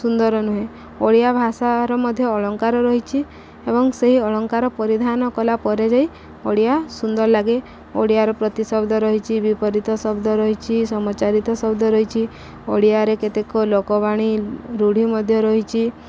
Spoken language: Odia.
ସୁନ୍ଦର ନୁହେଁ ଓଡ଼ିଆ ଭାଷାର ମଧ୍ୟ ଅଳଙ୍କାର ରହିଛି ଏବଂ ସେହି ଅଳଙ୍କାର ପରିଧାନ କଲା ପରେ ଯାଇ ଓଡ଼ିଆ ସୁନ୍ଦର ଲାଗେ ଓଡ଼ିଆର ପ୍ରତିଶବ୍ଦ ରହିଛି ବିପରୀତ ଶବ୍ଦ ରହିଛି ସମଚାରିତ ଶବ୍ଦ ରହିଚି ଓଡ଼ିଆରେ କେତେକ ଲୋକବାଣୀ ରୂଢ଼ି ମଧ୍ୟ ରହିଛି